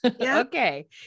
Okay